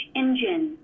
engine